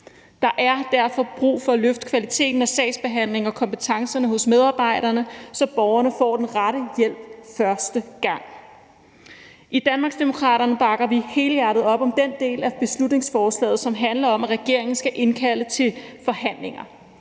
Der er derfor brug for at løfte kvaliteten af sagsbehandlingen og kompetencerne hos medarbejderne, så borgerne får den rette hjælp første gang. I Danmarksdemokraterne bakker vi helhjertet op om den del af beslutningsforslaget, som handler om, at regeringen skal indkalde til forhandlinger.